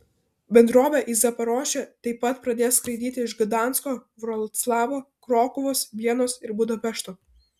bendrovė į zaporožę taip pat pradės skraidyti iš gdansko vroclavo krokuvos vienos ir budapešto